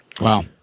wow